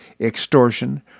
extortion